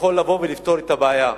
שיכול לבוא ולפתור את הבעיה.